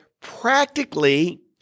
practically